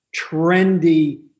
trendy